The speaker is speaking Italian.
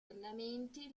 ornamenti